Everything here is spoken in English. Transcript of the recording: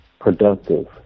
productive